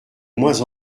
moins